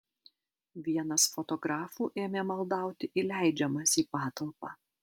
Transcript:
vienas fotografų ėmė maldauti įleidžiamas į patalpą